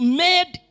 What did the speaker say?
made